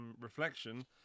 reflection